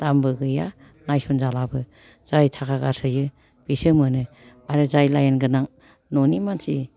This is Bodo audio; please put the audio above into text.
दामबो गैया नायसनजालाबो जाय थाखा गारसोयो बेसो मोनो आरो जाय लाइन गोनां न'नि मानसि